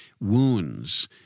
wounds